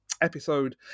episode